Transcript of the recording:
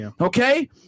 Okay